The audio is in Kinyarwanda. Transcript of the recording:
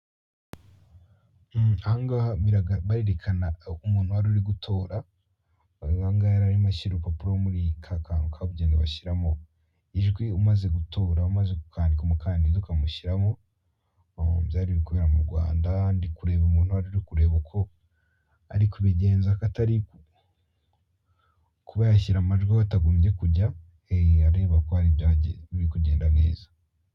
Aha ngaha barerekana umuntu wari uri gutora, aha ngaha yari arimo ashyira urupapuro muri ka kantu kabugenewe bashyiramo ijwi umaze gutora, umaze kwandika umukandida ukamushyiramo byari biri kubera mu Rwanda, ndi kureba umuntu wari uri kureba uko ari kubigenza ko atari kuba yashyira amajwi aho atagombye kujya areba ko aha biri kugenda neza.